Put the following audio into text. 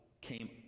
came